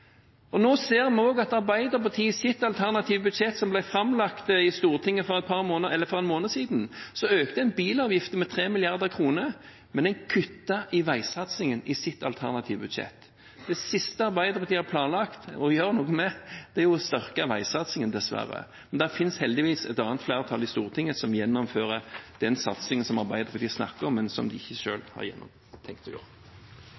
Og nå ser vi at Arbeiderpartiet i sitt alternative budsjett, som ble framlagt i Stortinget for en måned siden, økte bilavgiften med 3 mrd. kr, men en kuttet i veisatsingen i sitt alternative budsjett. Det siste Arbeiderpartiet har planlagt å gjøre noe med, er å styrke veisatsingen, dessverre. Men det finnes heldigvis et annet flertall i Stortinget som gjennomfører den satsingen som Arbeiderpartiet snakker om, men som de ikke selv har tenkt å gjøre.